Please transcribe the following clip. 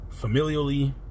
familially